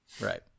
Right